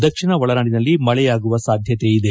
ದಕ್ಷಿಣ ಒಳನಾಡಿನಲ್ಲಿ ಮಳೆಯಾಗುವ ಸಾಧ್ಯತೆಯಿದೆ